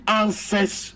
answers